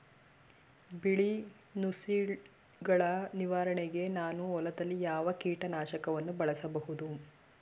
ಬಿಳಿ ನುಸಿಗಳ ನಿವಾರಣೆಗೆ ನಾನು ಹೊಲದಲ್ಲಿ ಯಾವ ಕೀಟ ನಾಶಕವನ್ನು ಬಳಸಬಹುದು?